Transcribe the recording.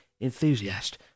enthusiast